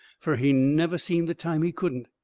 fur he never seen the time he couldn't.